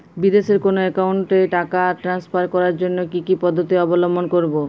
বিদেশের কোনো অ্যাকাউন্টে টাকা ট্রান্সফার করার জন্য কী কী পদ্ধতি অবলম্বন করব?